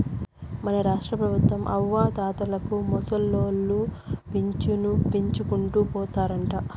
మన రాష్ట్రపెబుత్వం అవ్వాతాతలకు ముసలోళ్ల పింఛను పెంచుకుంటూ పోతారంట